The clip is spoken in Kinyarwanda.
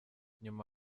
nyuma